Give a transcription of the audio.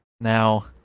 Now